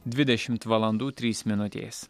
dvidešimt valandų trys minutės